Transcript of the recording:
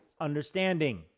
understanding